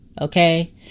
Okay